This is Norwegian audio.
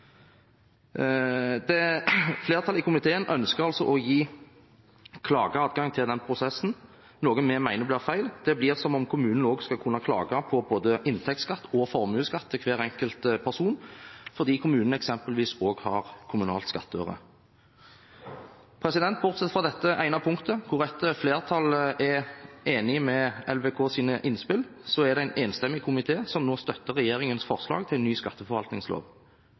Flertallet i komiteen ønsker altså å gi klageadgang til den prosessen, noe vi mener blir feil. Det blir som om kommunen også skal kunne klage på både inntektsskatt og formuesskatt til hver enkelt person fordi kommunen eksempelvis også har kommunalt skattøre. Bortsett fra dette ene punktet, hvor et flertall er enig med LVKs innspill, er det en enstemmig komité som nå støtter regjeringens forslag til ny skatteforvaltningslov.